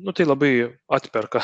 nu tai labai atperka